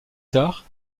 tard